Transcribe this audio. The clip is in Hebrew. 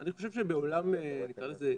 אני חושב שבעולם, נקרא לזה דמוקרטי,